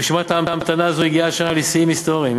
רשימת ההמתנה הזאת הגיעה השנה לשיאים היסטוריים.